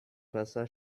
wasser